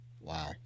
wow